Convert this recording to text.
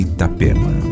Itapema